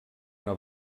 una